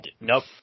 nope